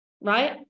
Right